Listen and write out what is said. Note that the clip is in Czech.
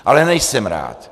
Ale nejsem rád.